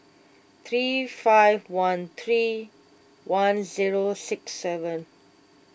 three five one three one zero six seven